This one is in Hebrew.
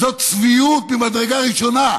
זאת צביעות ממדרגה ראשונה.